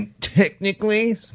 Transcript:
technically